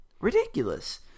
ridiculous